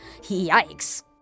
Yikes